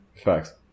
Facts